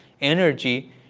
energy